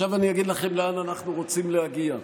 עכשיו אני אגיד לכם לאן אנחנו רוצים להגיע,